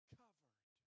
covered